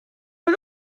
but